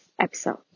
episode